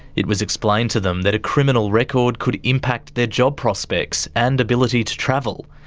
it was explained to them that a criminal record could impact their job prospects and ability to travel,